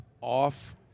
off